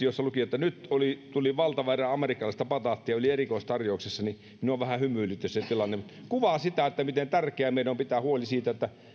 jossa luki että nyt tuli valtava erä amerikkalaista bataattia oli erikoistarjouksessa minua vähän hymyilytti se tilanne se kuvaa sitä miten on tärkeää meidän pitää huoli siitä että